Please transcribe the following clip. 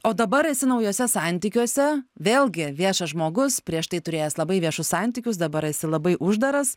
o dabar esi naujuose santykiuose vėlgi viešas žmogus prieš tai turėjęs labai viešus santykius dabar esi labai uždaras